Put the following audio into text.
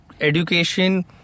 education